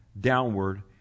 downward